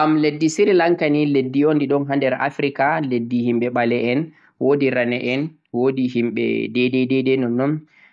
am ladde sirelanka ni leddi un di ɗon ha der Africa, leddi himɓe ɓale en, wo'di rane en, wo'di himɓe daidai daidai nonnon,